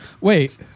wait